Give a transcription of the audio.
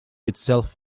itself